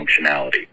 functionality